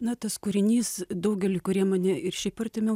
na tas kūrinys daugeliui kurie mane ir šiaip artimiau